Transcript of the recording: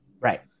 Right